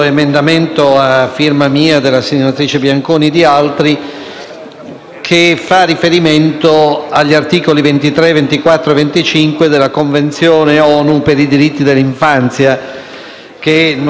che fa riferimento agli articoli 23, 24 e 25 della Convenzione ONU sui diritti dell'infanzia, che abbiamo ratificato nel 1991.